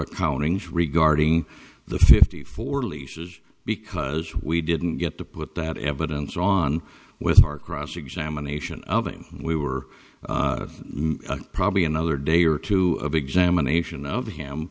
accountings regarding the fifty four leases because we didn't get to put that evidence on with our cross examination we were probably another day or two of examination of him